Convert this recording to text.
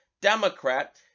democrat